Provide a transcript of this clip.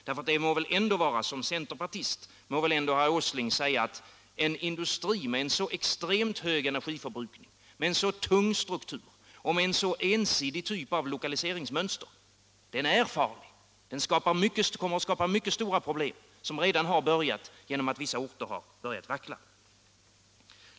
Herr Åsling må väl ändå som centerpartist säga att en industri med en extremt hög energiförbrukning, med en så tung struktur och med en så ensidig typ av lokaliseringsmönster kommer att skapa mycket stora problem som redan har börjat genom att vissa orter har börjat vackla.